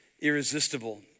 irresistible